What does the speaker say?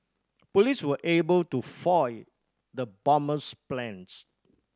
police were able to foil the bomber's plans